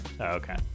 okay